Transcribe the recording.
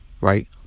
Right